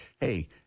hey